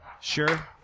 sure